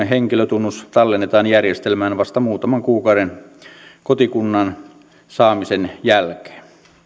henkilötunnus tallennetaan järjestelmään vasta muutaman kuukauden kotikunnan saamisen jälkeen